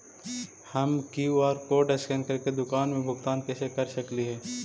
हम QR code scan करके दुकान में भुगतान कैसे कर सकली हे?